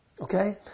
Okay